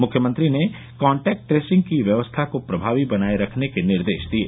मुख्यमंत्री ने contact tracing की व्यवस्था को प्रमावी बनाये रखने के निर्देश दिये